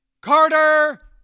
Carter